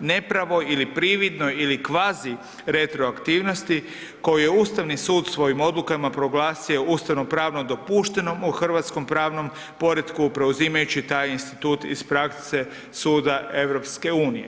nepravo ili prividno ili kvazi retroaktivnosti koju je Ustavni sud svojim odlukama proglasio ustavnopravno dopuštenom u hrvatskom pravnom poretku preuzimajući taj institut iz prakse suda EU.